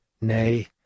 Nay